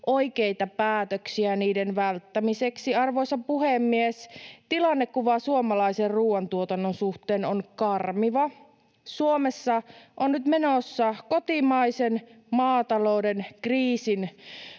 oikeita päätöksiä niiden välttämiseksi. Arvoisa puhemies! Tilannekuva suomalaisen ruuantuotannon suhteen on karmiva. Suomessa on nyt menossa kotimaisen maatalouden kriisin